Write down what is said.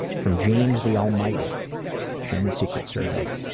from james the almighty shame and secrets survey.